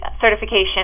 certification